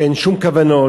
שאין שום כוונות,